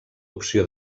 opció